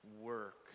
work